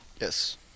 Yes